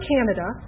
Canada